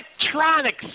electronics